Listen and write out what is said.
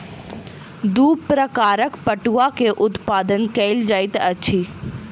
दू प्रकारक पटुआ के उत्पादन कयल जाइत अछि